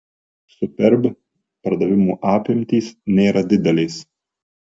superb pardavimų apimtys nėra didelės